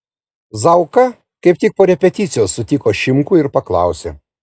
zauka kaip tik po repeticijos sutiko šimkų ir paklausė